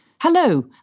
Hello